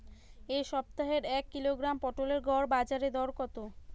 এ সপ্তাহের এক কিলোগ্রাম পটলের গড় বাজারে দর কত?